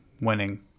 winning